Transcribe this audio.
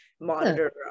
monitor